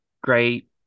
great